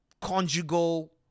conjugal